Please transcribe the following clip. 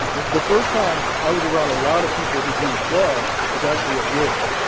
the first time i was around a lot of people who used drugs was actually at yale,